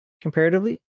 comparatively